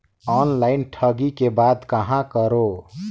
Online ठगी के बाद कहां करों?